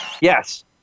Yes